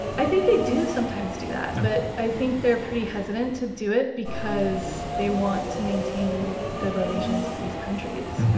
i think they do sometimes do that, but i think they're pretty hesitant to do it, because they want to maintain good relations with these countries.